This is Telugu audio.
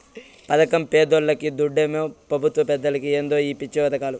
పదకం పేదోల్లకి, దుడ్డేమో పెబుత్వ పెద్దలకి ఏందో ఈ పిచ్చి పదకాలు